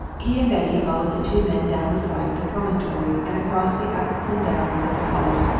he and betty followed the two men down the side of the promontory and across the ups and downs of the hollow,